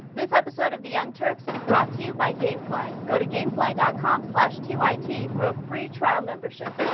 this episode of the young turks is brought to you by gamefly goto gamefly dot com slash tea white tea for a free trial membership